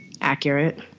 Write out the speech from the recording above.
Accurate